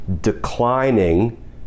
declining